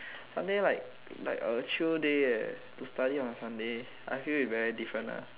Sunday like like a chill day eh to study on a Sunday I feel it very different ah